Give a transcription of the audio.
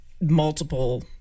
multiple